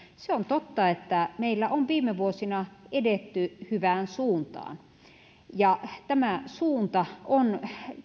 se on totta että meillä on viime vuosina edetty hyvään suuntaan tämä suunta on